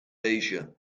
asia